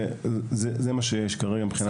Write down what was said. וזה מה שיש כרגע מבחינת התקנים.